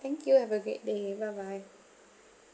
thank you have a great day bye bye